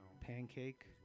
Pancake